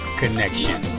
connection